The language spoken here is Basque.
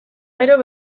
gero